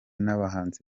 n’abahanzi